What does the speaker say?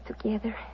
together